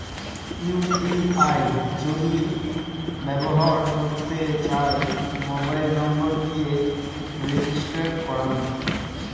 UPI যদি ব্যবহর করতে চাই, মোবাইল নম্বর দিয়ে রেজিস্টার করাং